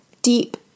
deep